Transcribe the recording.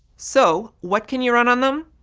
so what can you run on them?